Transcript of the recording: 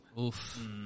Oof